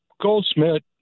Goldsmith